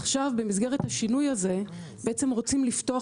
עכשיו במסגרת השינוי הזה רוצים לפתוח